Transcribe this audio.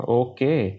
okay